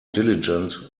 diligent